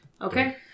Okay